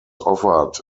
offered